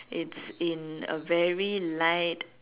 it's in a very light